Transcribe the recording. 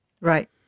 Right